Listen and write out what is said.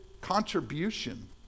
contribution